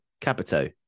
Capito